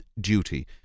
duty